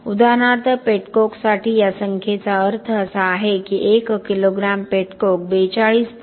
उदाहरणार्थ पेट कोकसाठी या संख्येचा अर्थ असा आहे की 1 किलोग्राम पेट कोक 42